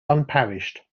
unparished